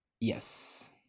Yes